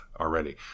already